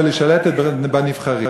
אבל היא שולטת בנבחרים,